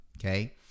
okay